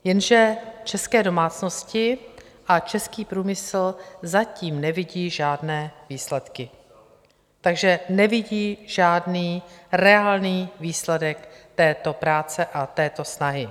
Jenže české domácnosti a český průmysl zatím nevidí žádné výsledky, takže nevidí žádný reálný výsledek této práce a této snahy.